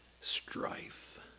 strife